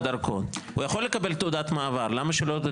אוקראינה למשל,